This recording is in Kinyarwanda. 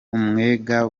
umwega